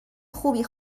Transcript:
خوبی